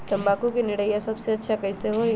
तम्बाकू के निरैया सबसे अच्छा कई से होई?